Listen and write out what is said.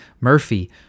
Murphy